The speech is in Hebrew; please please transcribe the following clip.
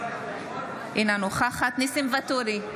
אינה נוכחת ניסים ואטורי,